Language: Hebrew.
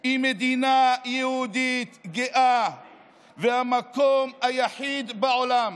היא מדינה יהודית גאה והמקום היחיד בעולם